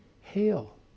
hail